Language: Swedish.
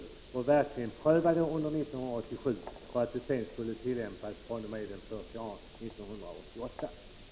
Under 1987 skulle man verkligen kunna pröva det och sedan tillämpa det fr.o.m. den 1 januari 1988.